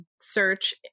search